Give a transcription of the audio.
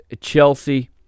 Chelsea